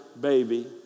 baby